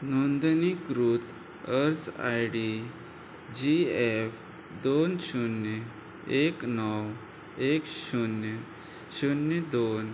नोंदणीकृत अर्ज I D G F दोन शुन्य एक णव एक शुन्य शुन्य दोन